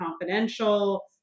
confidential